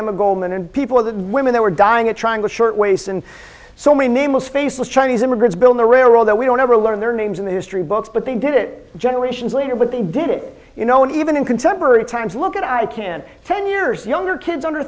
emma goldman and people of the women they were dying a triangle shirtwaist and so many nameless faceless chinese immigrants build the railroad that we don't ever learn their names in the history books but they did it generations later but they did it you know even in contemporary times look at i can ten years younger kids under